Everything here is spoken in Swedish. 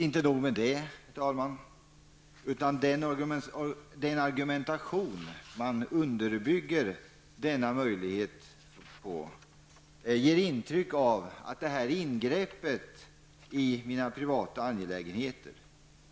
Inte nog med det, herr talman, den argumentation man underbygger denna möjlighet med ger intryck av att detta ingrepp i mina privata angelägenheter